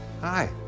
Hi